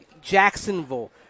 Jacksonville